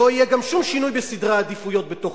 לא יהיה גם שום שינוי בסדרי עדיפויות בתקציב.